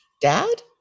dad